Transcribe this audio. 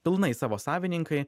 pilnai savo savininkai